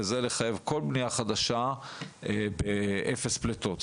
וזה לחייב כל בנייה חדשה באפס פליטות.